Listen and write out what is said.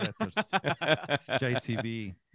jcb